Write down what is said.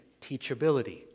teachability